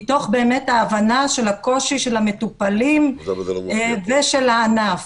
מתוך הבנה של הקושי של המטופלים ושל הענף.